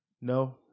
no